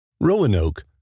Roanoke